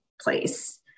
place